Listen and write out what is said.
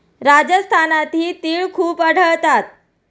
राजस्थानातही तिळ खूप आढळतात